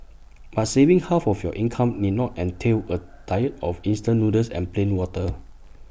but saving half of your income need not entail A diet of instant noodles and plain water